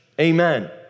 amen